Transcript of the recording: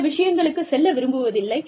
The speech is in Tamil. சில விஷயங்களுக்குச் செல்ல விரும்புவதில்லை